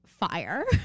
Fire